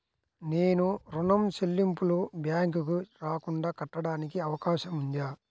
నేను ఋణం చెల్లింపులు బ్యాంకుకి రాకుండా కట్టడానికి అవకాశం ఉందా?